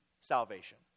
salvation